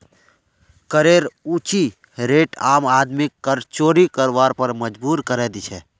करेर ऊँची रेट आम आदमीक कर चोरी करवार पर मजबूर करे दी छे